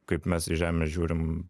kaip mes į žemę žiūrim